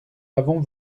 avons